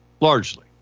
largely